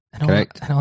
correct